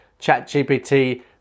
ChatGPT